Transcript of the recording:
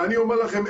ואני אומר לכם,